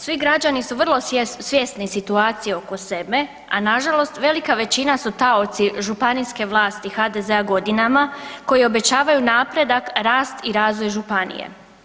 Svi građani su vrlo svjesni situacije oko sebe, a nažalost velika većina su taoci županijske vlasti HDZ-a godinama koji obećavaju napredak, rast i razvoj županije.